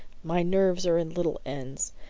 my nerves are in little ends.